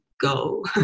go